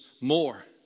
more